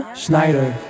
Schneider